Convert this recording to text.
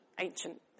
ancient